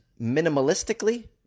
Minimalistically